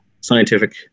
scientific